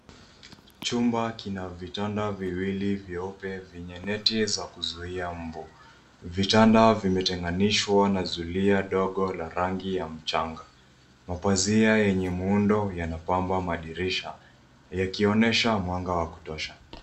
Chumba kina vitanda viwili vyeupe vyenye neti za kuzuia mbu. Vitanda vimetenganishwa na zulia dogo la rangi ya mchanga. Mapazia yenye muundo yanapamba madirisha ikionyesha mwanga wa kutosha.